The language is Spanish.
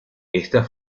esta